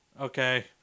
Okay